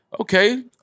Okay